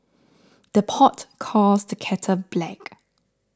the pot calls the kettle black